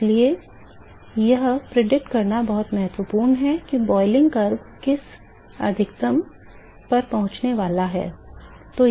इसलिए यह प्रिडिक्ट करना महत्वपूर्ण है कि boiling curve किस अधिकतम पर पहुंचने वाला है